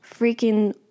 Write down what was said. freaking